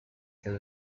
del